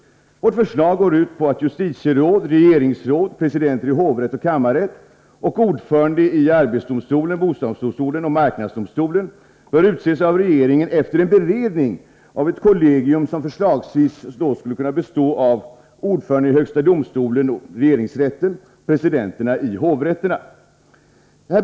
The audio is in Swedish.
Vårt förslag går ut på att justitieråd, regeringsråd, presidenter i hovrätt och kammarrätt och ordföranden i arbetsdomstolen, bostadsdomstolen och marknadsdomstolen bör utses av regeringen efter en beredning av ett kollegium som förslagsvis skulle kunna bestå av ordförandena i högsta domstolen och regeringsrätten samt presidenterna i hovrätterna.